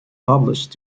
published